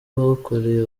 bakoreye